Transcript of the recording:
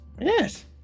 Yes